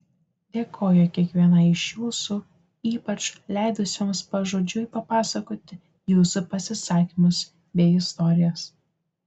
dėkoju kiekvienai iš jūsų ypač leidusioms pažodžiui papasakoti jūsų pasisakymus bei istorijas